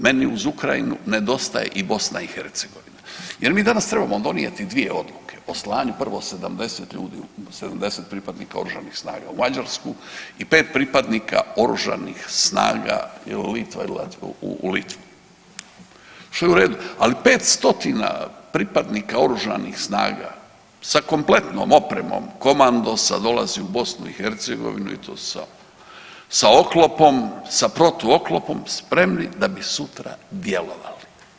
Meni uz Ukrajinu nedostaje i BiH jer mi danas trebamo donijeti dvije odluke o slanju prvo 70 ljudi, 70 pripadnika oružanih snaga u Mađarsku i 5 pripadnika oružanih snaga je li Litva ili Latvija, u Litvu, što je u redu, ali 5 stotina pripadnika oružanih snaga sa kompletnom opremom komandosa dolazi u BiH i to sa, sa oklopom, sa protuoklopom spremni da bi sutra djelovali.